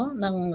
ng